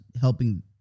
helping